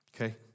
Okay